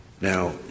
Now